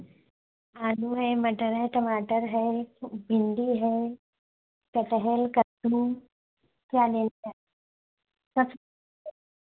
आलू है मटर है टमाटर है भिंडी है कटहल कद्दू क्या लेना है सब